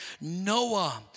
Noah